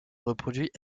reproduit